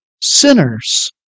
sinners